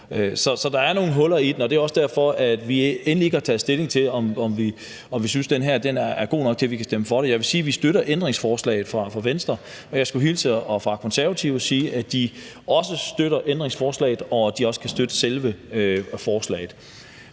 Så der er nogle huller i den, og det er også derfor, at vi ikke har taget endelig stilling til, om vi synes, at den her er god nok til, at vi kan stemme for den. Jeg vil sige, at vi støtter ændringsforslaget fra Venstre. Og jeg skulle hilse fra Konservative og sige, at de også støtter ændringsforslaget, og at de også kan støtte selve forslaget.